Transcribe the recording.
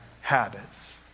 habits